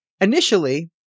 initially